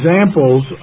examples